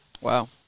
Wow